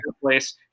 place